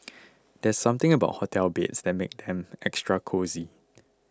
there's something about hotel beds that makes them extra cosy